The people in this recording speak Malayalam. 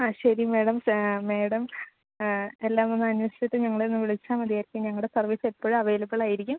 ആ ശരി മേഡം മേഡം എല്ലാം ഒന്ന് അന്വേഷിച്ചിട്ട് ഞങ്ങളെ ഒന്നു വിളിച്ചാല് മതിയായിരിക്കും ഞങ്ങളുടെ സർവീസെപ്പോഴും അവൈലബിളായിരിക്കും